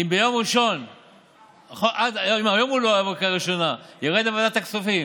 אם היום הוא לא יעבור בקריאה ראשונה וירד לוועדת הכספים